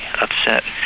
upset